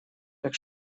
так